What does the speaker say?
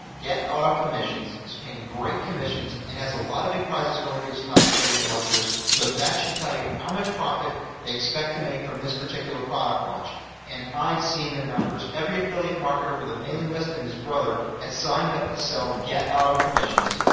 get auto commissions is paying great commissions and has a lot of big prizes going to its top affiliate marketers, so that should tell you how much profit they expect to make from this products launch and i've seen the numbers every affiliate marketer with a mailing list and his brother has signed up to sell get auto commissions,